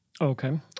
Okay